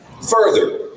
Further